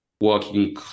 working